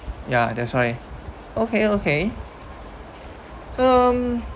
ya that's why okay okay um